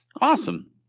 Awesome